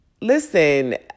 listen